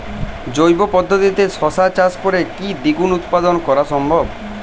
জৈব পদ্ধতিতে শশা চাষ করে কি দ্বিগুণ উৎপাদন করা সম্ভব?